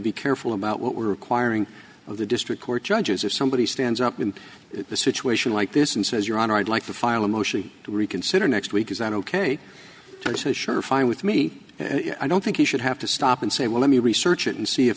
be careful about what we're requiring of the district court judges or somebody stands up in the situation like this and says your honor i'd like to file a motion to reconsider next week is that ok to say sure fine with me and i don't think he should have to stop and say well let me research it and see if